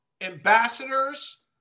ambassadors